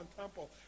temple